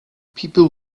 people